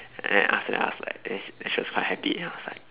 and after that I was like then she then she was quite happy then I was